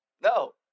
No